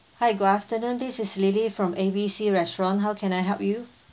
hi good afternoon this is lily from A B C restaurant how can I help you